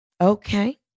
okay